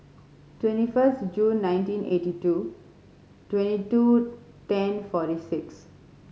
twenty first June nineteen eighty two twenty two ten forty six